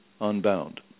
unbound